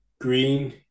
green